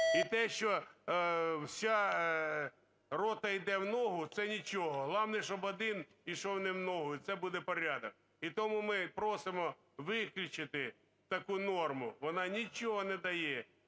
І те, що вся рота йде в ногу – це нічого, головне, щоб один ішов не в ногу – це буде порядок. І тому ми просимо виключити таку норма, вона нічого не дає,